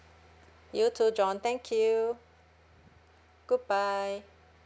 you to john thank you goodbye